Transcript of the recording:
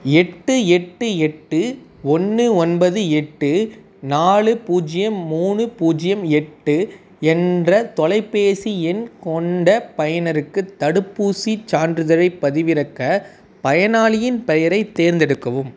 எட்டு எட்டு எட்டு ஒன்று ஒன்பது எட்டு நாலு பூஜ்ஜியம் மூணு பூஜ்ஜியம் எட்டு என்ற தொலைப்பேசி எண் கொண்ட பயனருக்கு தடுப்பூசிச் சான்றிதழைப் பதிவிறக்க பயனாளியின் பெயரைத் தேர்ந்தெடுக்கவும்